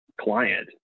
client